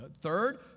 Third